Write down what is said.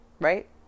right